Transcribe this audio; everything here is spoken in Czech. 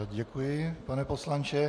Děkuji, pane poslanče.